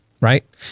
right